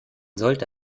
sollte